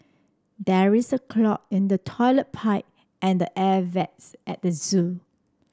there is a clog in the toilet pipe and air vents at the zoo